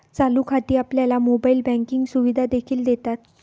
चालू खाती आपल्याला मोबाइल बँकिंग सुविधा देखील देतात